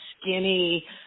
skinny